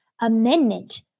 Amendment